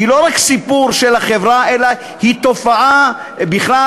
היא לא רק סיפור של החברה אלא היא תופעה בכלל.